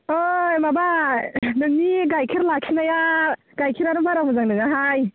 ओइ माबा नोंनि गायखेर लाखिनाया गायखेरानो बारा मोजां नङाहाय